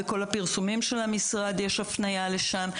בכל הפרסומים של המשרד יש הפניה לשם.